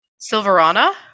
silverana